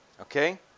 Okay